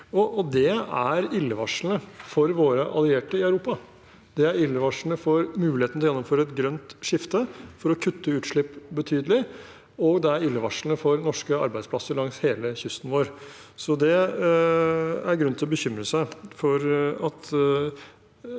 Det er illevarslende for våre allierte i Europa, det er illevarslende for muligheten til å gjennomføre et grønt skifte og kutte utslipp betydelig, og det er illevarslende for norske arbeidsplasser langs hele kysten vår. Det er grunn til å bekymre seg over at